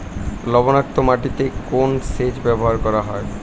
লবণাক্ত মাটিতে কোন সেচ ব্যবহার করা হয়?